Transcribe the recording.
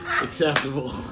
Acceptable